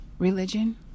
Religion